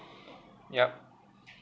yup